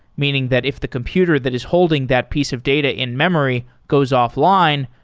meaning that if the computer that is holding that piece of data in memory goes offline,